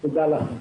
תודה לכם.